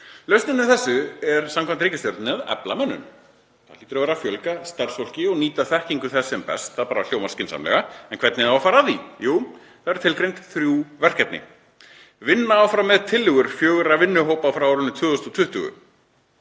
Lausnin á þessu er samkvæmt ríkisstjórninni að efla mönnun. Það hlýtur að vera að fjölga starfsfólki og nýta þekkingu þess sem best. Það hljómar skynsamlega. En hvernig á að fara að því? Jú, það eru tilgreind þrjú verkefni: 1. Vinna áfram með tillögur fjögurra vinnuhópa frá árinu 2020.